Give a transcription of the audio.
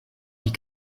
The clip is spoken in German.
die